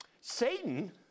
Satan